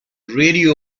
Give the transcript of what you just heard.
radio